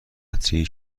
قطرهای